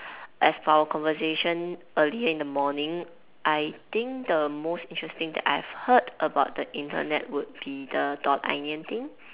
as for our conversation earlier in the morning I think the most interesting that I've heard about the Internet could be the dot onion thing